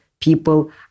people